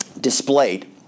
displayed